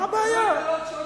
מה הבעיה?